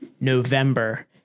November